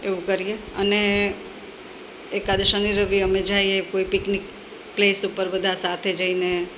એવું કરીએ અને એકાદે શનિ રવિએ અમે જઈએ કોઈ પિકનિક પ્લેસ ઉપર બધા સાથે જઈને